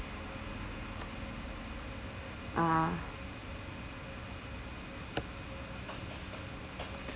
ah